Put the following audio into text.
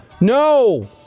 No